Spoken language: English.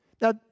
Now